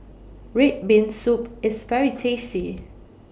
Red Bean Soup IS very tasty